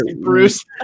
Bruce